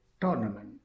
tournament